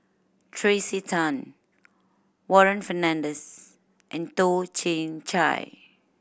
Tracey Tan Warren Fernandez and Toh Chin Chye